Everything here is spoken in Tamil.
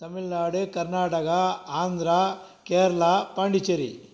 தமிழ்நாடு கர்நாடகா ஆந்திரா கேரளா பாண்டிச்சேரி